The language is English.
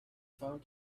found